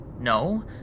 No